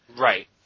right